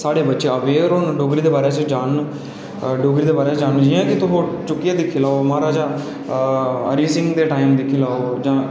साढ़े बच्चे अवेयर होन डोगरी दे बारे च किश जानन डोगरी दे बारे च जानो जि'यां के किश चुक्कियै दिक्खी लेऔ महाराजा हरी सिंह दे टाइम दी दिक्खी लेओ जां